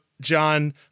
John